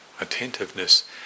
attentiveness